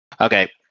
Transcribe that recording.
Okay